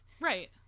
right